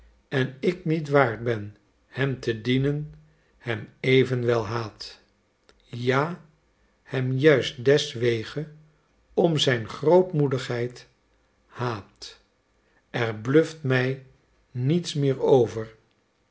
en ik niet waard ben hem te dienen hem evenwel haat ja hem juist deswege om zijn grootmoedigheid haat er bluft mij niets meer over